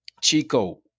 Chico